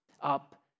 up